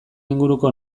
inguruko